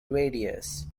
radius